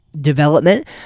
development